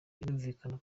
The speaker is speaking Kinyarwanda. birumvikana